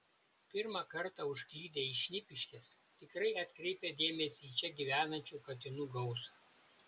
pirmą kartą užklydę į šnipiškes tikrai atkreipia dėmesį į čia gyvenančių katinų gausą